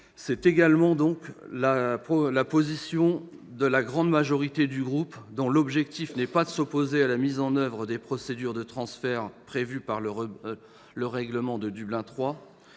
C'est également la position de la grande majorité de mon groupe, dont la volonté est non pas de s'opposer à la mise en oeuvre des procédures de transfert prévues par le règlement Dublin